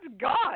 God